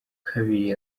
kabiri